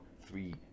three